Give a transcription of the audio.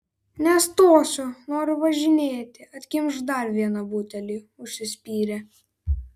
nestosiu noriu važinėti atkimšk dar vieną butelį užsispyrė